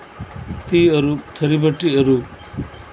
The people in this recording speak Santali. ᱛᱤ ᱟᱹᱨᱩᱵᱽ ᱛᱷᱟᱹᱨᱤ ᱵᱟᱹᱴᱤ ᱟᱹᱨᱩᱵᱽ